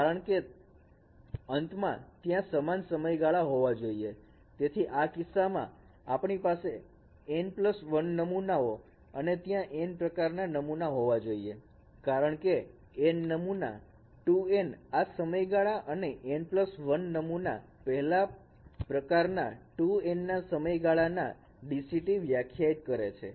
કારણ કે અંતમાં ત્યાં સમાન સમયગાળા હોવા જોઈએ તેથી આ કિસ્સામાં આપણી પાસે N1 નમૂનાઓ અને ત્યાં N પ્રકારના નમુનો હોવા જોઈએ કારણકે N નમુના 2N આ સમયગાળા અને N 1 નમુના પહેલા પ્રકારના 2N ના સમયગાળા ના DCT વ્યાખ્યાયિત કરે છે